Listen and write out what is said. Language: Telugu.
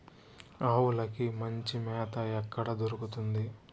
ఆవులకి మంచి మేత ఎక్కడ దొరుకుతుంది?